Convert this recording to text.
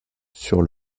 sur